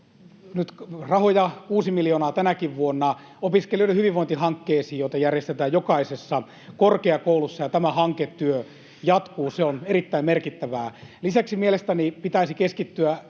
nyt rahoja 6 miljoonaa tänäkin vuonna opiskelijoiden hyvinvointihankkeisiin, joita järjestetään jokaisessa korkeakoulussa. Tämä hanketyö jatkuu, se on erittäin merkittävää. Lisäksi mielestäni pitäisi myös keskittyä